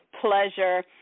pleasure